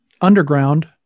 underground